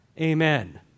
Amen